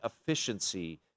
efficiency